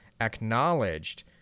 acknowledged